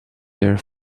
their